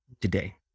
today